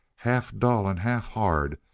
half-dull and half-hard,